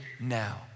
now